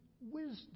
wisdom